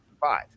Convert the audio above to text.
five